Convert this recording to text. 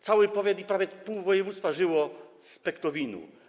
Cały powiat i prawie pół województwa żyło z Pektowinu.